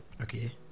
okay